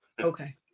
okay